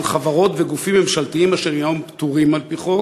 על חברות וגופים ממשלתיים אשר היום פטורים על-פי חוק?